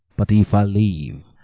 but if i live,